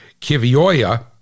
Kivioya